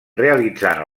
realitzant